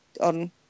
on